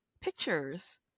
pictures